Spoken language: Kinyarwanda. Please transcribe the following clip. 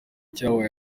cyabaye